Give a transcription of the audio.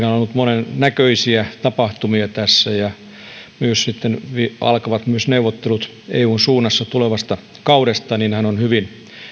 on ollut monennäköisiä tapahtumia tässä ja hyvin alkavat myös neuvottelut eun suunnassa tulevasta kaudesta hän on hyvin